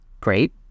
Great